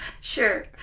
Sure